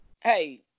Hey